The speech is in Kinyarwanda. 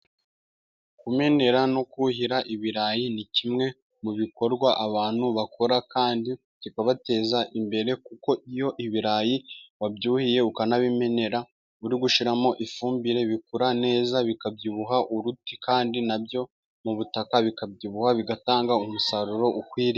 Kumenera no kuhira ibirayi ni kimwe mu bikorwa abantu bakora kandi kikabateza imbere ,kuko iyo ibirayi wabyuhiye ukanabimenera uri gushyiramo ifumbire ,bikura neza bikabyibuha uruti kandi na byo mu butaka bikabyibuha ,bigatanga umusaruro ukwiriye.